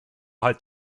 hat